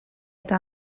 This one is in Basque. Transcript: eta